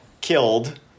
killed